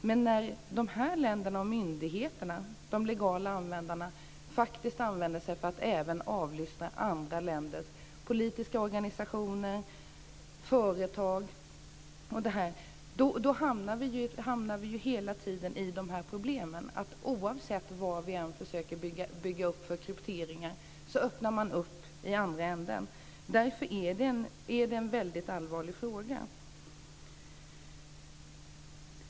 Men när dessa länders myndigheter, de legala användarna, faktiskt används för att även avlyssna andra länders politiska organisationer och företag, då hamnar vi ju hela tiden i dessa problem, att oavsett vilka krypteringar som vi försöker bygga upp så öppnar man upp i andra änden. Därför är det en väldigt allvarlig fråga.